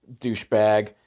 Douchebag